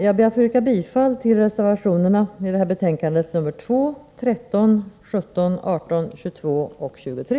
Jag ber att få yrka bifall till reservationerna 2, 13, 17, 18, 22 och 23.